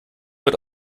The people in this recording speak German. wird